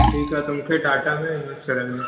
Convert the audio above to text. ठीकु आहे त मूंखे टाटा में इंवेस्ट कराए ॾियो